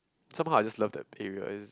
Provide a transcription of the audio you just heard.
somehow I just love that area is